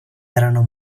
erano